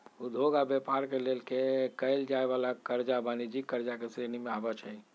उद्योग आऽ व्यापार के लेल कएल जाय वला करजा वाणिज्यिक करजा के श्रेणी में आबइ छै